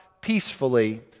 peacefully